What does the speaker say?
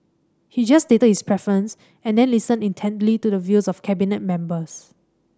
he just stated his preference and then listened intently to the views of Cabinet members